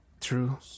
True